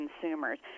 consumers